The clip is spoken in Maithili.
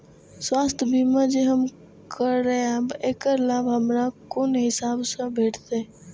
स्वास्थ्य बीमा जे हम करेब ऐकर लाभ हमरा कोन हिसाब से भेटतै?